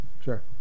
Sure